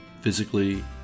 physically